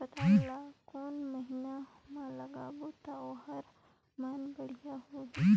पातल ला कोन महीना मा लगाबो ता ओहार मान बेडिया होही?